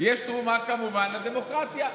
יש תרומה, כמובן, לדמוקרטיה.